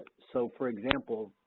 so for example,